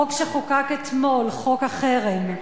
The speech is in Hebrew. החוק שחוקק אתמול, חוק החרם,